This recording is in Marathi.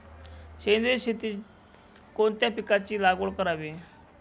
सेंद्रिय शेतीत कोणत्या पिकाची लागवड करावी?